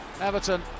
Everton